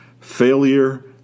failure